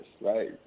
right